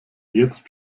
jetzt